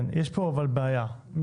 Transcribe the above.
אבל יש פה בעיה מכיוון